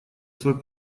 свой